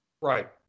Right